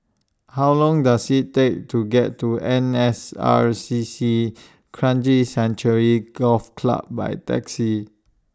How Long Does IT Take to get to N S R C C Kranji Sanctuary Golf Club By Taxi